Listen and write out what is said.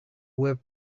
whip